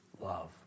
love